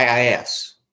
IIS